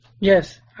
Yes